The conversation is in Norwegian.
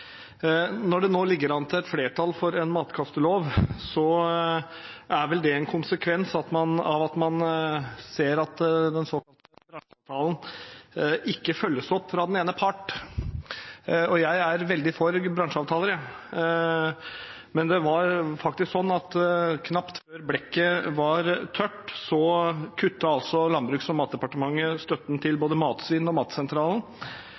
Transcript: nå ligger an til et flertall for en matkastelov, er vel det en konsekvens av at man ser at den såkalte bransjeavtalen ikke følges opp fra den ene part. Jeg er veldig for bransjeavtaler, men det var faktisk sånn at knapt før blekket var tørt, kuttet altså Landbruks- og matdepartementet støtten til både Matvett og Matsentralen,